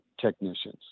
technicians